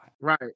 Right